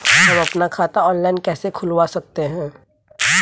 हम अपना खाता ऑनलाइन कैसे खुलवा सकते हैं?